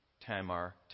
Tamar